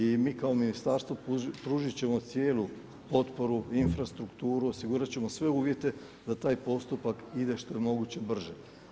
I mi kao ministarstvo pružit ćemo cijelu potporu infrastrukturu, osigurat ćemo sve uvjete da taj postupak ide što je moguće brže.